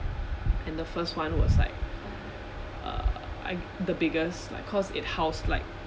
and the first one was like uh I the biggest like cause it housed like